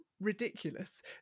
ridiculous